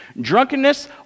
drunkenness